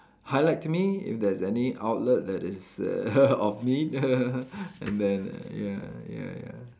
highlight to me if there's any outlet that is err of need and then ya ya ya